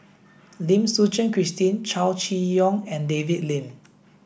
Lim Suchen Christine Chow Chee Yong and David Lim